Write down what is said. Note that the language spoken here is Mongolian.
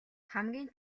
хамгийн